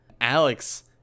Alex